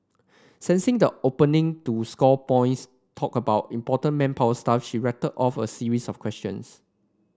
sensing the opening to score points talk about important manpower stuff she rattled off a series of questions